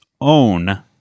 own